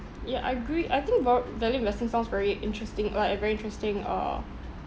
ya I agree I think val~ value investing sounds very interesting uh like a very interesting uh